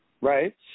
right